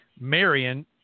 Marion